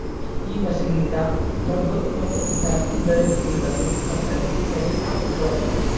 ಈ ಮಷೀನ್ನ್ನಿಂದ್ ದೊಡ್ಡು ಮತ್ತ ಜಾಸ್ತಿ ಬೆಳ್ದಿದ್ ಹುಲ್ಲನ್ನು ಕತ್ತರಿಸಿ ತೆಗೆದ ಹಾಕುಕ್ ಬಳಸ್ತಾರ್